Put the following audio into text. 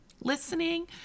listening